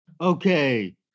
Okay